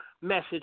message